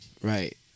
Right